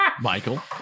Michael